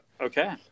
Okay